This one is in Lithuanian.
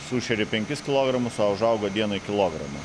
sušeri penkis kilogramus o užauga vieną kilogramą